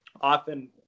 often